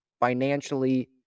Financially